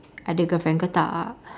ada girlfriend ke tak